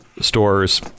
stores